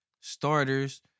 starters